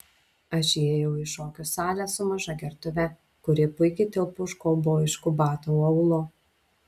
aš įėjau į šokių salę su maža gertuve kuri puikiai tilpo už kaubojiškų batų aulo